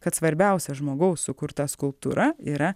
kad svarbiausia žmogaus sukurta skulptūra yra